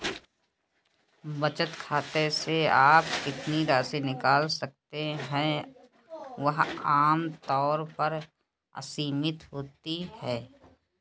बचत खाते से आप जितनी राशि निकाल सकते हैं वह आम तौर पर असीमित होती है